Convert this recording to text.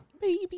Baby